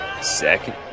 Second